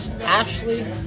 Ashley